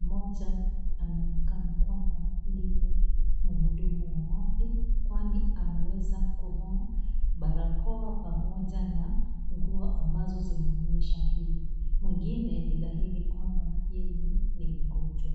moja anaonekana kwamba, ndiye mhudumu wa afya, kwani ameweza kuvaa barakoa pamoja na nguo ambazo zinaonyesha hivo, mwingine ni dhahiri kwamba yeye ni mgonjwa.